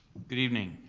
good evening.